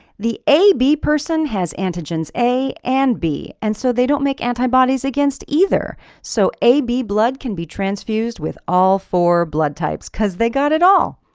the ab person has antigens a and b. and so they don't make antibodies against either. so ab blood can be transfused with all four blood types. because they got it all.